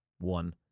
One